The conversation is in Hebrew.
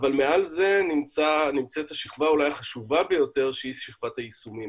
אבל מעל זה נמצאת השכבה אולי החשובה ביותר שהיא שכבת היישומים,